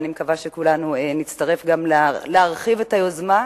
ואני מקווה שכולנו גם נצטרף להרחבת היוזמה,